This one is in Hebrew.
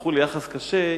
זכו ליחס קשה,